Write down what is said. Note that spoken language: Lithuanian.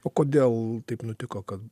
o kodėl taip nutiko kad